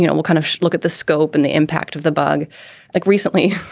you know we'll kind of look at the scope and the impact of the bug like recently.